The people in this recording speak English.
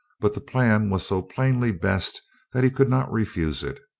but the plan was so plainly best that he could not refuse it.